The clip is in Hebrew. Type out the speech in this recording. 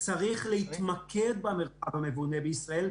צריך להתמקד במרחב המבונה בישראל,